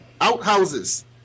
Outhouses